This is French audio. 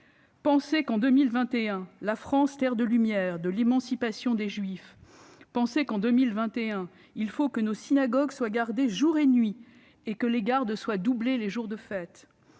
Penser qu'en 2021, en France, terre des Lumières, de l'émancipation des juifs, il faut que nos synagogues soient gardées jour et nuit et que les gardes soient doublées les jours de fête,